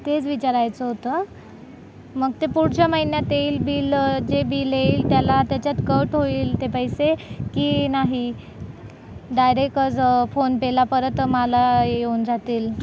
तेच विचारायचं होतं मग ते पुढच्या महिन्यात येईल बिल जे बिल येईल त्याला त्याच्यात कट होईल ते पैसे की नाही डायरेकज फोन पे ला परत मला येऊन जातील